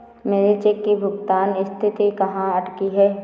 मेरे चेक की भुगतान स्थिति कहाँ अटकी है?